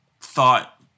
thought